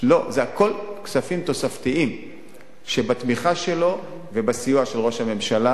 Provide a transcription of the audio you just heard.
זה הכול כספים תוספתיים שבתמיכה ובסיוע של ראש הממשלה,